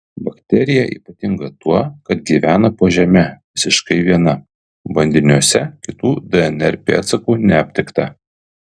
bakterija ypatinga tuo kad gyvena po žeme visiškai viena bandiniuose kitų dnr pėdsakų neaptikta